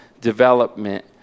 development